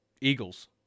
Eagles